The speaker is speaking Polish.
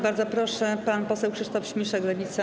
Bardzo proszę, pan poseł Krzysztof Śmiszek, Lewica.